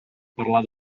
parlar